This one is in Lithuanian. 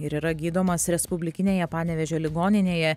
ir yra gydomas respublikinėje panevėžio ligoninėje